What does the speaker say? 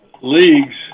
leagues